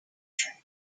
train